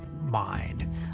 mind